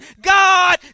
God